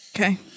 okay